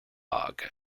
hague